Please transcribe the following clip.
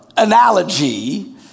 analogy